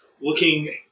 looking